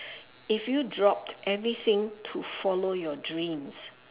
if you dropped everything to follow your dreams